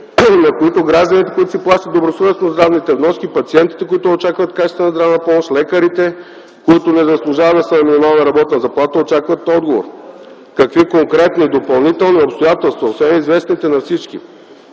на които гражданите, които си плащат добросъвестно здравните вноски, пациентите, които очакват качествена здравна помощ, лекарите, които не заслужават да са на минимална работна заплата, очакват отговор – какви конкретни допълнителни обстоятелства освен известните на всички